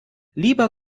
lieber